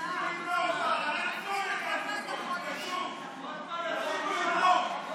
תפסיקו לגנוב.